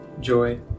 joy